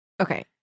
Okay